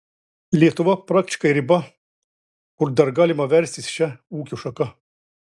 lietuva praktiškai riba kur dar galima verstis šia ūkio šaka